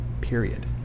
Period